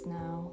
now